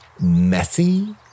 messy